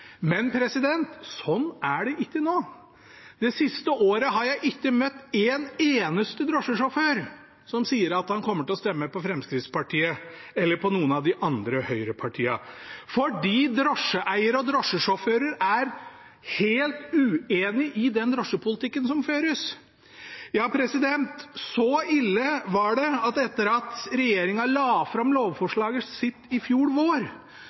Men sånn er det ikke nå. Det siste året har jeg ikke møtt én eneste drosjesjåfør som sier at han kommer til å stemme på Fremskrittspartiet eller på noen av de andre høyrepartiene, for drosjeeiere og drosjesjåfører er helt uenige i den drosjepolitikken som føres. Ja, så ille var det at etter at regjeringen la fram lovforslaget sitt i fjor vår,